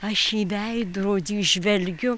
aš į veidrodį žvelgiu